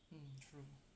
um true